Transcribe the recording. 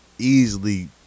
Easily